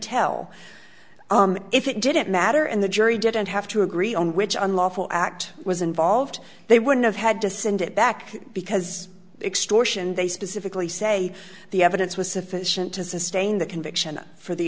tell if it didn't matter and the jury didn't have to agree on which unlawful act was involved they would've had to send it back because extortion they specifically say the evidence was sufficient to sustain the conviction for the